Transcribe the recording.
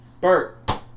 Bert